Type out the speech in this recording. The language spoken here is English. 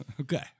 Okay